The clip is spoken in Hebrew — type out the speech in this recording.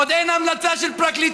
עוד אין המלצה של פרקליטות,